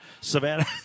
Savannah